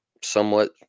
somewhat